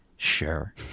Sure